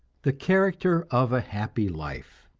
the character of a happy life